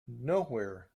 nowhere